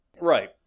Right